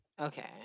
okay